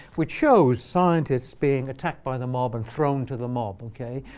which shows scientists being attacked by the mob and thrown to the mob. ok?